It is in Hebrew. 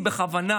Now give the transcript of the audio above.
בכוונה